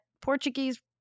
Portuguese